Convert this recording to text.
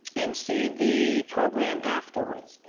mc the program afterwards.